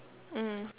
mm